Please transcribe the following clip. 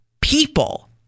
people